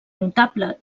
notable